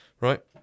Right